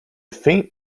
faint